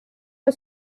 her